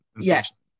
yes